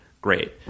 great